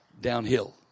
downhill